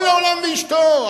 כל העולם ואשתו,